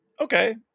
okay